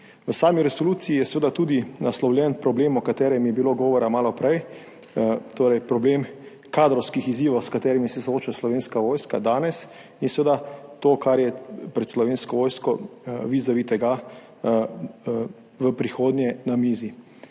V sami resoluciji je seveda tudi naslovljen problem, o katerem je bilo govora malo prej, torej problem kadrovskih izzivov, s katerimi se sooča Slovenska vojska danes, in seveda to, kar je pred Slovensko vojsko vizavi tega v prihodnje na mizi.